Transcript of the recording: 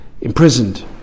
imprisoned